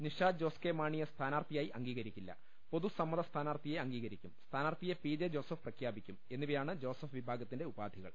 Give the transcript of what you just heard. Nisha Jose K മാണിയെ സ്ഥാനാർത്ഥിയായി അംഗീ കരിക്കില്ല പൊതു സമ്മത സ്ഥാനാർത്ഥിയെ അംഗീകരിക്കും സ്ഥാനാർത്ഥിയെ പി ജെ ജോസഫ് പ്രഖ്യാപിക്കും എന്നിവയാണ് ജോസഫ് വിഭാഗത്തിന്റെ ഉപാധികൾ